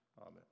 Amen